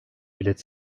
bilet